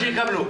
שיקבלו.